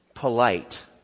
polite